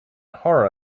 horror